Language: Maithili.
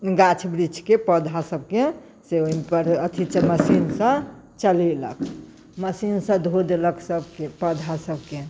गाछ वृक्षके पौधा सभकेँ से ओहि पर अथि मशीन से चलैलक मशीन से धो देलक सभकेँ पौधा सभकेँ